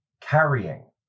carrying